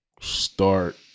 start